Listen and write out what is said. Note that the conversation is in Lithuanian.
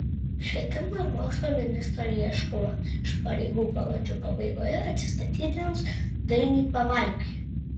švietimo ir mokslo ministro ieškoma iš pareigų balandžio pabaigoje atsistatydinus dainiui pavalkiui